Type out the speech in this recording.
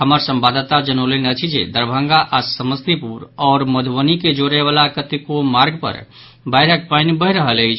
हमर संवाददाता जनौलनि अछि जे दरभंगा आ समस्तीपुर आओर मधुबनी के जोड़यबाला कतेको मार्ग पर बाढ़िक पानि बहि रहल अछि